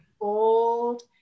Bold